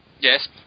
Yes